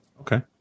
Okay